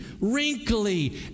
wrinkly